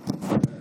דקות.